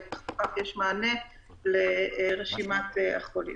וכך יש מענה לרשימת החולים.